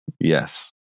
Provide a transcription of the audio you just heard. Yes